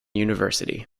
university